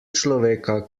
človeka